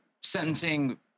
sentencing